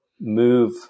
move